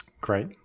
Great